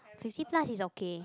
fifty plus is okay